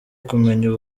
kumenya